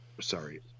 Sorry